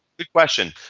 good question.